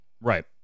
Right